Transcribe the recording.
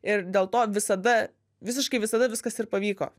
ir dėl to visada visiškai visada viskas ir pavyko